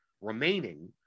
remaining